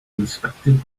inspected